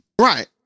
Right